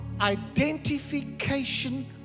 identification